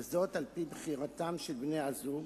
וזאת על-פי בחירתם של בני-הזוג,